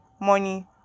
money